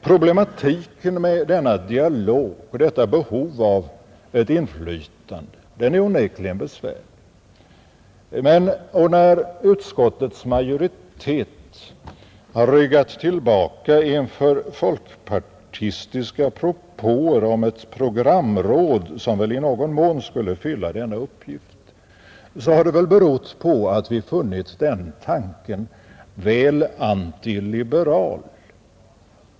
Problematiken med denna dialog och detta behov av ett inflytande är onekligen besvärlig. När utskottets majoritet har ryggat tillbaka inför folkpartistiska propåer om ett programråd, som väl i någon mån skulle fylla denna uppgift, har det berott på att vi har funnit den tanken väl antiliberal.